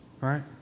right